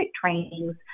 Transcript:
trainings